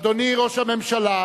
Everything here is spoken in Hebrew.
אדוני ראש הממשלה,